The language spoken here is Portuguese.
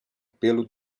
pelo